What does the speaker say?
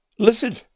Listen